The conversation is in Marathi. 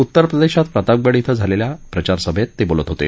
उत्तर प्रदेशात प्रतापगढ इथं घेतलेल्या प्रचारसभेत ते बोलत होते